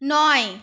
নয়